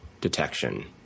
detection